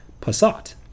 Passat